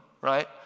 right